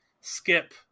skip